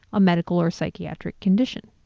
a medical or psychiatric condition.